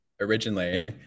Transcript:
originally